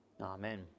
Amen